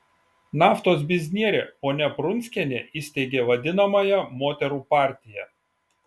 naftos biznierė ponia prunskienė įsteigė vadinamąją moterų partiją